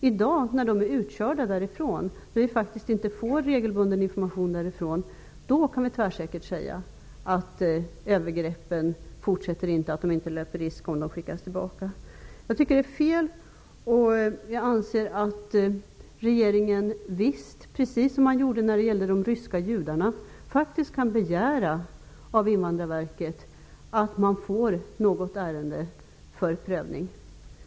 I dag, när dessa är utkörda därifrån och vi faktiskt inte får regelbunden information, kan vi tvärsäkert säga att övergreppen inte fortsätter, att kvinnorna inte löper någon risk om de skickas tillbaka. Jag tycker att det är fel. Jag anser att regeringen visst, precis som när det gällde de ryska judarna, kan begära att från Invandrarverket få något ärende för prövning.